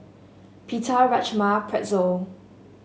Pita Rajma Pretzel